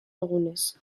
egunez